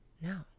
No